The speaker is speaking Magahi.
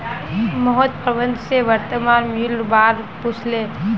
मोहित प्रबंधक स वर्तमान मूलयेर बा र पूछले